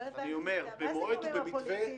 בבקשה,